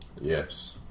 Yes